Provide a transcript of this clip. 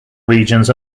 regions